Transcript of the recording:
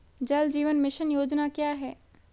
जल जीवन मिशन योजना क्या है?